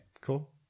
Cool